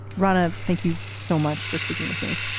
rana, thank you so much for speaking with me.